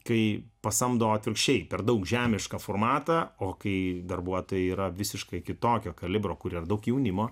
kai pasamdau atvirkščiai per daug žemišką formatą o kai darbuotojai yra visiškai kitokio kalibro kur ir daug jaunimo